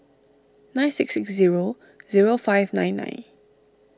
nine six six zero zero five nine nine